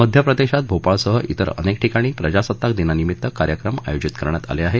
मध्यप्रदेशमध्ये भोपाळसह तिर अनेक ठिकाणी प्रजासत्ताक दिनानिमित्त कार्यक्रम आयोजित करण्यात आले आहेत